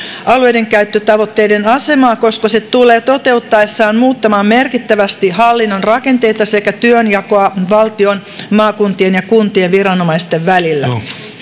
alueidenkäyttötavoitteiden asemaa koska se tulee toteutuessaan muuttamaan merkittävästi hallinnon rakenteita sekä työnjakoa valtion maakuntien ja kuntien viranomaisten välillä